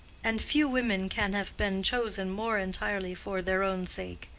and few women can have been chosen more entirely for their own sake.